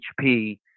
HP